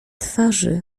twarzy